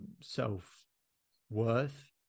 self-worth